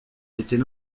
était